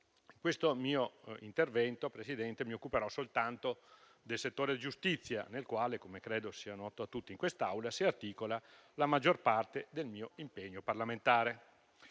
In questo mio intervento, Presidente, mi occuperò soltanto del settore giustizia, nel quale - come credo sia noto a tutti in quest'Aula - si articola la maggior parte del mio impegno parlamentare.